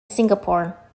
singapore